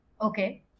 Okay